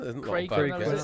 Craig